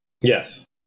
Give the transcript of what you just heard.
Yes